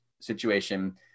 situation